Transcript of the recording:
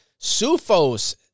SUFOS